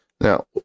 Now